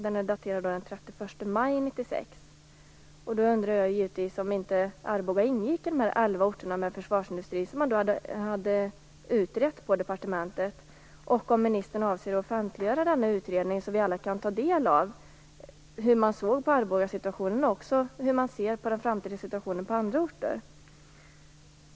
Den är daterad den 31 maj Då undrar jag givetvis om inte Arboga ingick i den utredning om de elva orterna med försvarsindustri som man hade gjort på departementet. Jag undrar också om ministern avser att offentliggöra denna utredning så att vi alla kan ta del av den. Hur såg man på situationen i Arboga och hur ser man på den framtida situationen i andra orter?